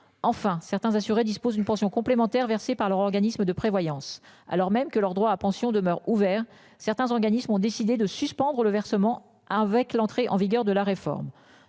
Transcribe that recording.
enfin certains assurés disposent une pension complémentaire versée par leur organisme de prévoyance alors même que leurs droits à pension demeurent ouverts certains organismes ont décidé de suspendre le versement avec l'entrée en vigueur de la réforme.